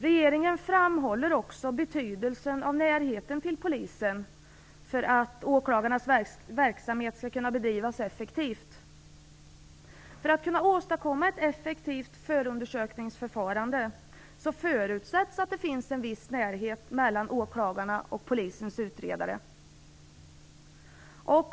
Regeringen framhåller också betydelsen av närheten till Polisen för att åklagarnas verksamhet skall kunna bedrivas effektivt. För att ett effektivt förundersökningsförfarande skall kunna åstadkommas, förutsätts att det finns en viss närhet mellan åklagarna och polisens utredare.